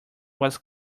was